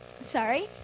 Sorry